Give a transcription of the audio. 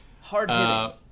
Hard-hitting